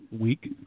week